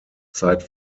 zeit